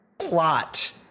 Plot